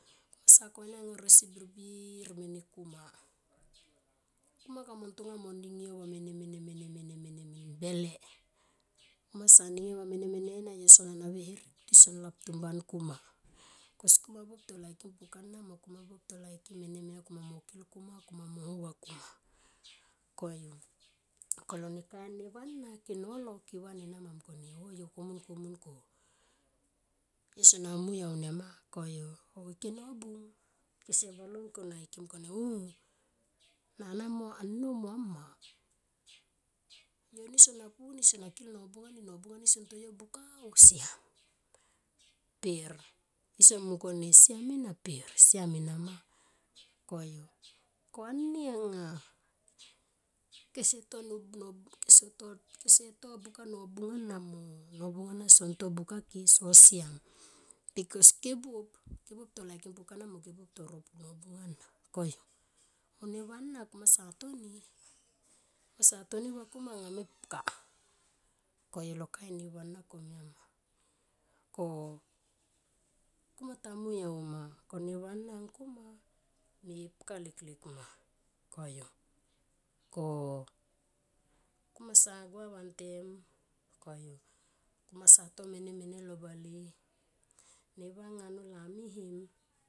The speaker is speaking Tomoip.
Kamasa koinango e rosi birbir mene kuna. Kuna kaman ntonga mo ning yo va mene, mene, mene, mene, mene, mene min bele. Kumasa ming yo va mene, mene, mene na yo sona nahue herek tiso nlap tumban kuma, bikos kuma buop ta kaikim pukana mo kuma buop ta laikim mene, mene kuma mo kil kuma, kuma mo ho v kuma koyu. Ko alo ne kain neva ke nolo kevan enama mungkone o yo komun, komun, komun. Yo sona mui aunia nama koyu. O ke nobung kese vanon kona ke mungkone o nana mo anou mo a mma yoni so pu ni sona kil nobung ani nobung ani son to yo buka or siam per iso mungkone siam ena per siam enama koyu ko ani anga kese to no nobung kese to buka nobung ana mo nobung ana son tobuka ke, so siam, bikos ke buop ke buop to laikim pukana mo kebuop to ro nobung ana koyu ko neva ana kumasa toni kumasa toni va kuma anga mepka koyu alo ne kain neva ana komia anama. Ko kumatamui auma ko neva na angkuma me ye pka liklik ma koyo ko kuma sa gua vantem koyu. Kumasa to mene, mene alo bale nevanga no lamihem.